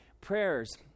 Prayers